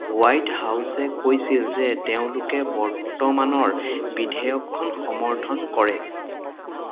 white হাউছে কৈছিল যে তেওঁলোকে বৰ্তমানৰ বিধেয়কখন সমৰ্থন কৰে